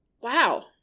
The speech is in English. Wow